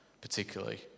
particularly